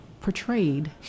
portrayed